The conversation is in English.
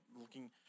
looking